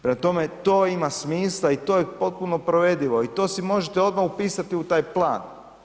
Prema tome, to ima smisla i to je potpuno provedivo i to si možete odmah upisati u taj plan.